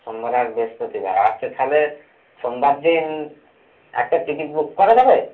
সোমবার আর বৃহস্পতিবার আচ্ছা তাহলে সোমবার দিন একটা টিকিট বুক করা যাবে